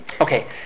Okay